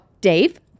dave